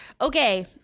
Okay